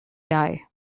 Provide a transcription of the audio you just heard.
die